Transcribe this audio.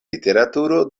literaturo